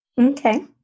Okay